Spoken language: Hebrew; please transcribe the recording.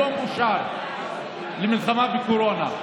היום אושרו למלחמה בקורונה,